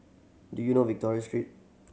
do you know Victory Street